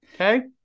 okay